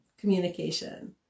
communication